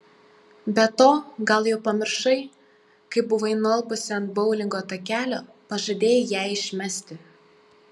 be to gal jau pamiršai kai buvai nualpusi ant boulingo takelio pažadėjai ją išmesti